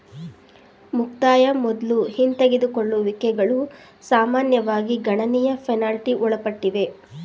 ಮುಕ್ತಾಯ ಮೊದ್ಲು ಹಿಂದೆಗೆದುಕೊಳ್ಳುವಿಕೆಗಳು ಸಾಮಾನ್ಯವಾಗಿ ಗಣನೀಯ ಪೆನಾಲ್ಟಿ ಒಳಪಟ್ಟಿವೆ